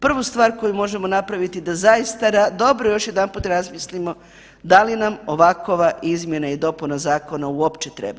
Prvu stvar koju možemo napraviti da zaista dobro još jedanput razmislimo da li nam ovakova izmjena i dopuna zakona uopće treba.